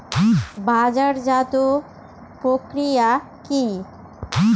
বাজারজাতও প্রক্রিয়া কি?